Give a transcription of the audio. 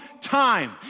time